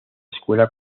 escuela